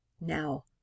Now